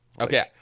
Okay